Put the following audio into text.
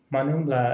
मानो होनब्ला